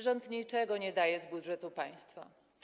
Rząd niczego nie daje z budżetu państwa.